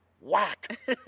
whack